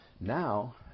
now